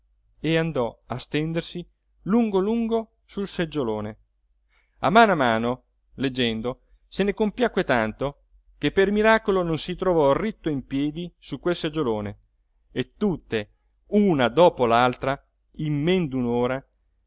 e andò a stendersi lungo lungo sul seggiolone a mano a mano leggendo se ne compiacque tanto che per miracolo non si trovò ritto in piedi su quel seggiolone e tutte una dopo